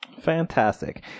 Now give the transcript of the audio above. Fantastic